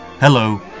Hello